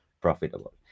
profitable